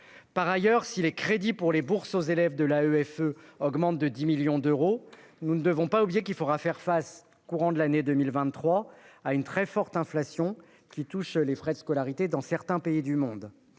Par ailleurs, si les crédits pour les bourses aux élèves de l'AEFE augmentent de 10 millions d'euros, nous ne devons pas oublier qu'il faudra faire face, dans le courant de l'année 2023, à la très forte inflation touchant les frais de scolarité dans certains pays du monde.